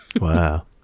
Wow